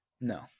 No